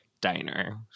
diner